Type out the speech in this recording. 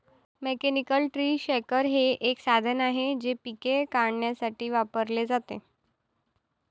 mechanical tree shaker हे एक साधन आहे जे पिके काढण्यासाठी वापरले जाते